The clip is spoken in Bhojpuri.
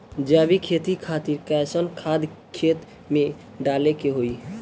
जैविक खेती खातिर कैसन खाद खेत मे डाले के होई?